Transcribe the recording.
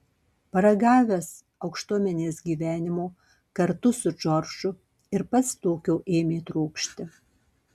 paragavęs aukštuomenės gyvenimo kartu su džordžu ir pats tokio ėmė trokšti